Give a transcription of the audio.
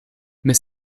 mais